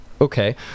okay